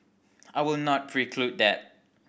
I will not preclude that